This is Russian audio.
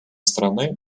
страны